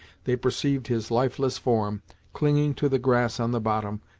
they perceived his lifeless form clinging to the grass on the bottom,